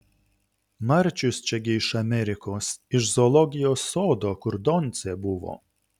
marčius čia gi iš amerikos iš zoologijos sodo kur doncė buvo